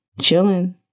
chilling